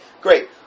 great